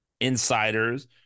insiders